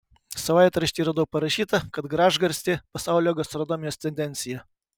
savaitrašty radau parašyta kad gražgarstė pasaulio gastronomijos tendencija